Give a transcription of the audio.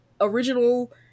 original